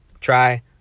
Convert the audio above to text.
try